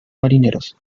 marineros